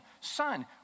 Son